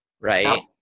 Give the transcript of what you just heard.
right